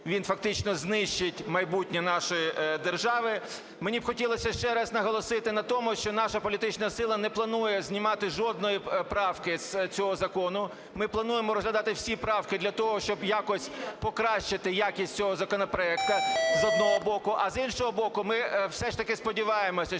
він фактично знищить майбутнє нашої держави. Мені хотілося б ще раз наголосити на тому, що наша політична сила не планує знімати жодної правки з цього закону. Ми плануємо розглядати всі правки для того, щоб якось покращити якість цього законопроекту з одного боку. А з іншого боку ми все ж таки сподіваємось,